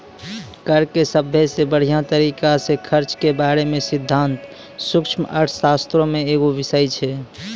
कर के सभ्भे से बढ़िया तरिका से खर्च के बारे मे सिद्धांत सूक्ष्म अर्थशास्त्रो मे एगो बिषय छै